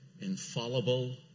infallible